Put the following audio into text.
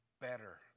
better